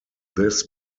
this